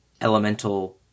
elemental